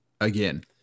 again